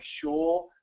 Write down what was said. sure